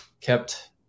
kept